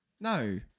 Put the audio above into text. no